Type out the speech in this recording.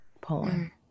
poem